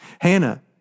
Hannah